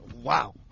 Wow